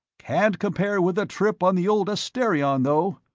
can't compare with a trip on the old asterion though.